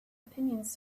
opinions